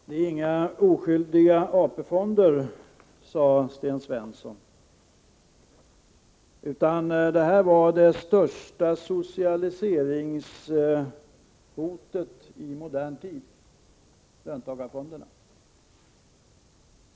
Herr talman! Löntagarfonderna är inga oskyldiga AP-fonder, sade Sten Svensson, utan de är det största socialiseringshotet i modern tid.